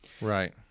right